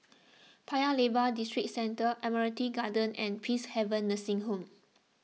Paya Lebar Districentre Admiralty Garden and Peacehaven Nursing Home